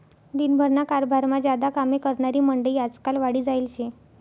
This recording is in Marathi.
दिन भरना कारभारमा ज्यादा कामे करनारी मंडयी आजकाल वाढी जायेल शे